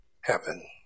heaven